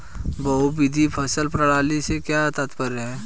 बहुविध फसल प्रणाली से क्या तात्पर्य है?